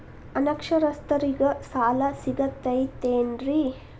ಅನಕ್ಷರಸ್ಥರಿಗ ಸಾಲ ಸಿಗತೈತೇನ್ರಿ?